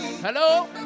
Hello